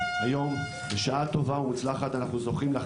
לפני פחות מחצי שנה היינו פה ואישרו את